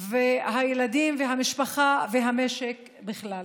והילדים והמשפחה והמשק בכלל.